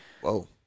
Whoa